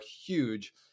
huge